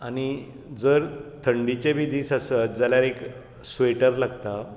आनी जर थंडीचे बी दीस आसत जाल्यार एक स्वेटर लागता